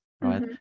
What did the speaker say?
right